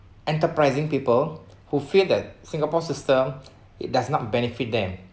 enterprising people who feel that singapore's system it does not benefit them